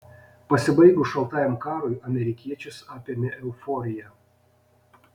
pasibaigus šaltajam karui amerikiečius apėmė euforija